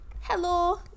Hello